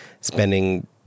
spending